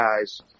guys